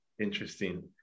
Interesting